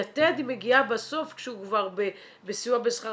יתד מגיעה בסוף כשהוא כבר בסיוע בשכר